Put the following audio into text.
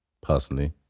personally